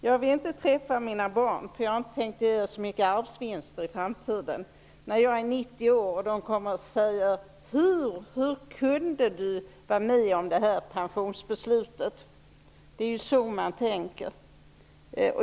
Jag vill inte träffa mina barn -- jag har inte tänkt ge dem så mycket arvsvinster i framtiden -- när jag är 90 år och de säger: Hur kunde du vara med om detta pensionsbeslut?. Det är så man tänker.